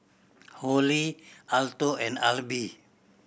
Holli Alto and Alby